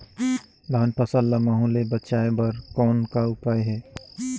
धान फसल ल महू ले बचाय बर कौन का उपाय हे?